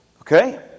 Okay